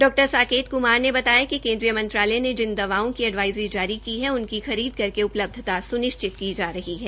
डॉ साकेत कुमार ने बताया कि केन्द्रीय मंत्रालय ने जिन दवाओं की एडवाइजरी जारी की है उनकी खरीद करके उपलब्धता सुनिश्चित की जा रही है